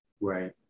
Right